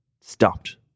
stopped